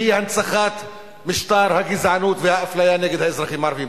והיא הנצחת משטר הגזענות והאפליה נגד האזרחים הערבים.